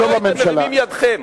לא הייתם מרימים ידכם.